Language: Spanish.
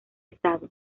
estado